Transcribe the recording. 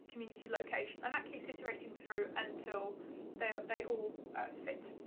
community location. and that keeps iterating through until they they all fit.